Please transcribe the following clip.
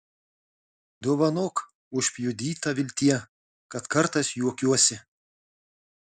dovanok užpjudyta viltie kad kartais juokiuosi